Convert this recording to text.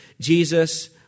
Jesus